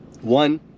One